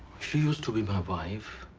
she used to be my wife.